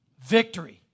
Victory